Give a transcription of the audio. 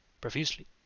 profusely